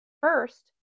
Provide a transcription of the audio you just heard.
first